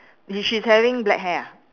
she's having black hair ah